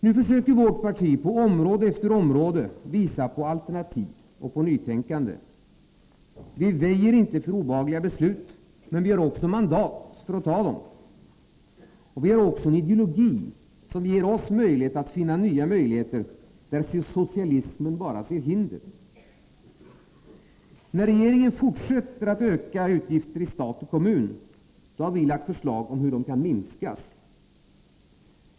På område efter område försöker vårt parti i stället visa på alternativ och nytänkande. Vi väjer inte för obehagliga beslut, men vi har också mandat för att ta dem. Och vi har också en ideologi som ger oss möjlighet att finna nya vägar, där socialismen bara ser hinder. När regeringen fortsätter att öka utgifterna i stat och kommun, har vi lagt förslag om hur dessa kan minskas.